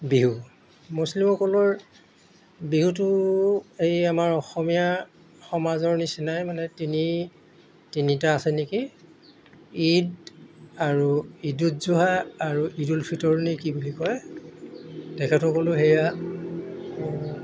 বিহু মুছলিমসকলৰ বিহুটো এই আমাৰ অসমীয়া সমাজৰ নিচিনাই মানে তিনি তিনিটা আছে নেকি ঈদ আৰু ঈদুত যোহা আৰু ঈদুল ফিতুৰ নে কি বুলি কয় তেখেতসকলো সেয়া